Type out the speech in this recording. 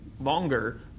longer